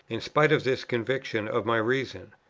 in spite of this conviction of my reason.